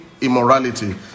immorality